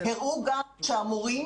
הראו גם שהמורים